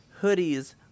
hoodies